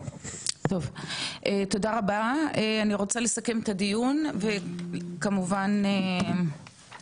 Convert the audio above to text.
אני רוצה לסכם את הדיון וכמובן יש לנו הרבה עבודה בסוגייה הזאת.